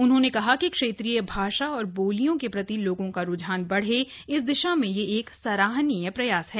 उन्होंने कहा कि क्षेत्रीय भाषा और बोलियों के प्रति लोगों का रूझान बढ़े इस दिशा में यह एक सराहनीय प्रयास है